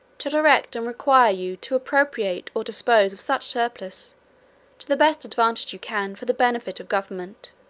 to direct and require you to appropriate or dispose of such surplus to the best advantage you can for the benefit of government,